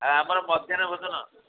ଆଉ ଆମର ମଧ୍ୟାହ୍ନ ଭୋଜନ